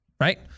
right